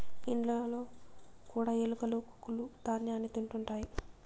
ఇండ్లలో కూడా ఎలుకలు కొక్కులూ ధ్యాన్యాన్ని తింటుంటాయి